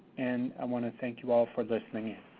and i want to thank you all for listening in.